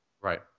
Right